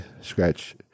scratch